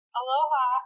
Aloha